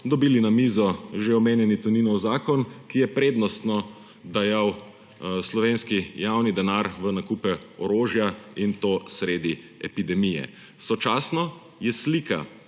dobili na mizo že omenjeni Toninov zakon, ki je prednostno dajal slovenski javni denar v nakupe orožja, in to sredi epidemije. Sočasno je slika